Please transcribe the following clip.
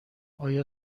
آیا